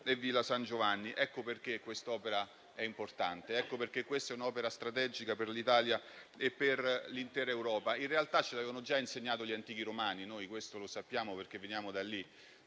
e Villa San Giovanni. Ecco perché quest'opera è importante. Ecco perché questa è un'opera strategica per l'Italia e per l'intera Europa. In realtà, questo ce l'avevano già insegnato gli antichi romani e noi lo sappiamo, perché da lì